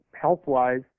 health-wise